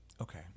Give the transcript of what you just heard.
Okay